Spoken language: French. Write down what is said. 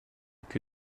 que